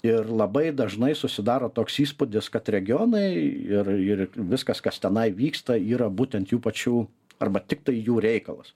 ir labai dažnai susidaro toks įspūdis kad regionai ir ir viskas kas tenai vyksta yra būtent jų pačių arba tiktai jų reikalas